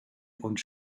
und